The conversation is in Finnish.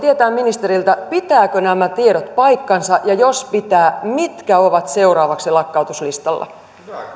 kysyä ministeriltä pitävätkö nämä tiedot paikkansa ja jos pitävät mitkä ovat seuraavaksi lakkautuslistalla